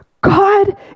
God